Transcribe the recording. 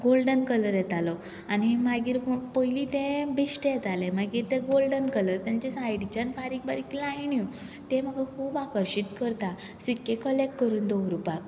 golden colour येतालो आनी मागीर पयलीं ते बेश्टे येताले मागीर ते गोल्डन कलर तेंचे सायडीच्यान बारीक बारीक लायन्यो ते म्हाका खूब आकर्शीत करता सिक्के कलेक्ट करून दवरुपाक